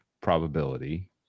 probability